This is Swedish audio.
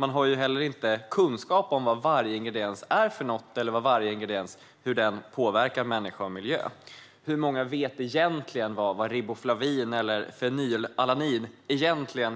Man har heller inte kunskap om vad varje ingrediens är eller hur den påverkar människa och miljö. Hur många vet egentligen vad riboflavin eller fenylalanin